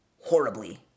horribly